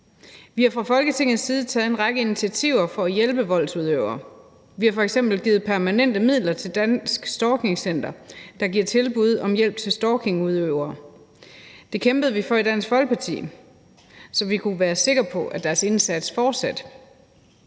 Vi har fra Folketingets side taget en række initiativer for at hjælpe voldsudøvere. Vi har f.eks. givet permanente midler til Dansk Stalking Center, der giver tilbud om hjælp til stalkingudøvere. Det kæmpede vi for i Dansk Folkeparti, så vi kunne være sikre på, at deres indsats fortsatte.